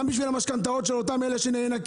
גם בשביל המשכנתאות של אותם אלה שנאנקים.